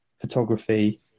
photography